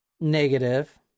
negative